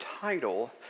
title